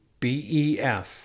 BEF